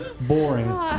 Boring